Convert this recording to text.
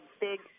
big